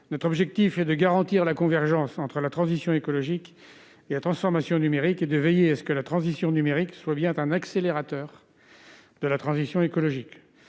Notre objectif est de garantir la convergence entre transition écologique et transformation numérique et de veiller à ce que la seconde soit bien un accélérateur de la première. Nous